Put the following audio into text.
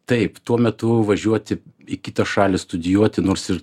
taip tuo metu važiuoti į kitą šalį studijuoti nors ir